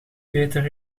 peter